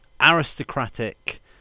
aristocratic